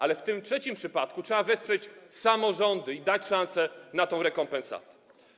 Ale w tym trzecim przypadku trzeba wesprzeć samorządy i dać szansę na tę rekompensatę.